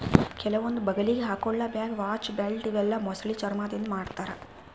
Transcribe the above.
ಕೆಲವೊಂದ್ ಬಗಲಿಗ್ ಹಾಕೊಳ್ಳ ಬ್ಯಾಗ್, ವಾಚ್, ಬೆಲ್ಟ್ ಇವೆಲ್ಲಾ ಮೊಸಳಿ ಚರ್ಮಾದಿಂದ್ ಮಾಡ್ತಾರಾ